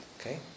Okay